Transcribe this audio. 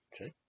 okay